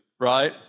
right